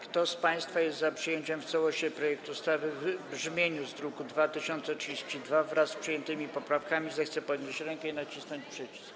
Kto z państwa jest za przyjęciem w całości projektu ustawy w brzmieniu z druku nr 2032, wraz z przyjętymi poprawkami, zechce podnieść rękę i nacisnąć przycisk.